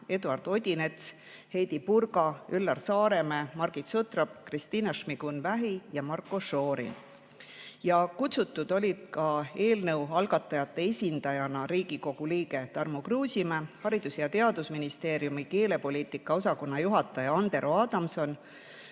Eduard Odinets, Heidy Purga, Üllar Saaremäe, Margit Sutrop, Kristina Šmigun-Vähi ja Marko Šorin. Kutsutud olid eelnõu algatajate esindajana Riigikogu liige Tarmo Kruusimäe ning Haridus‑ ja Teadusministeeriumi keelepoliitika osakonna juhataja Andero Adamson,